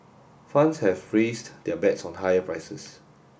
funds have raised their bets on higher prices